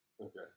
okay